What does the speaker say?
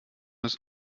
ist